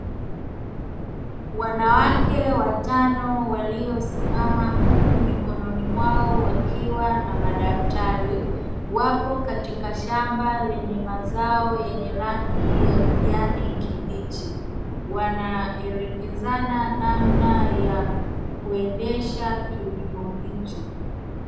Wanawake watano waliosimama huku mikononi mwao wakiwa na madaftari, wapo katika shamba lenye mazao yenye rangi ya kijani kibichi wanaelekezana namna ya kuendesha kilimo hicho.